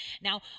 Now